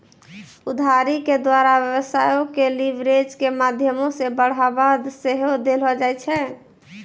उधारी के द्वारा व्यवसायो के लीवरेज के माध्यमो से बढ़ाबा सेहो देलो जाय छै